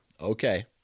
Okay